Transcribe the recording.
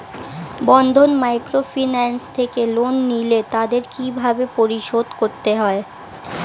বন্ধন microfinance থেকে loan নিলে তাদের কিভাবে পরিশোধ করতে হয়?